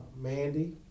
Mandy